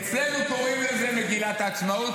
--- אצלנו קוראים לזה מגילת העצמאות,